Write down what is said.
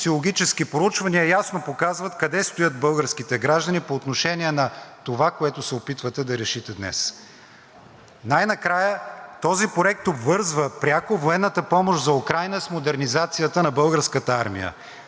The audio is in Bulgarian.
Най-накрая този проект обвързва пряко военната помощ за Украйна с модернизацията на Българската армия. Да, вчера казах, че е цинизъм. Нека да обясня какво всъщност значи това. Начинът, по който ни го представяте и обяснявате.